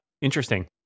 interesting